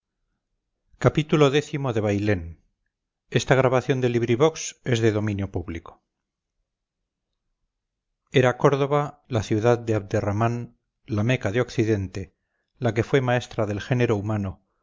xxvi xxvii xxviii xxix xxx xxxi xxxii bailén de benito pérez galdós era córdoba la ciudad de abdherrahmán la meca de occidente la que fue maestra del género humano